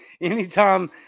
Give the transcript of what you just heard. anytime